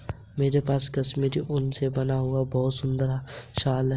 मेरे पास कश्मीरी ऊन से बना हुआ बहुत सुंदर शॉल है